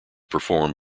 performed